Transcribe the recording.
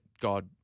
God